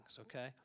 okay